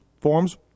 forms